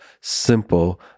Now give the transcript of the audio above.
simple